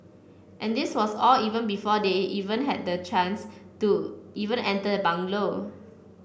and this was all even before they even had the chance to even enter the bungalow